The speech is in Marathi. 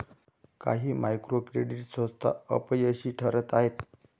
काही मायक्रो क्रेडिट संस्था अपयशी ठरत आहेत